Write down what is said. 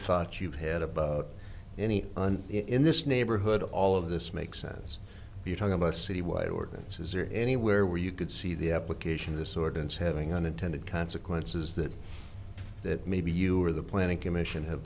thoughts you've had about any and in this neighborhood all of this makes sense you talk about a city wide ordinance is there anywhere where you could see the application of this ordinance having unintended consequences that that maybe you or the planning commission have